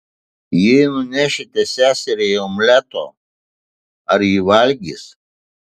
jei nunešite seseriai omleto ar ji valgys